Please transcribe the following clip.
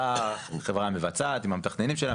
באה החברה המבצעת עם המתכננים שלה,